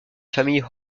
famille